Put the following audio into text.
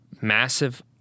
massive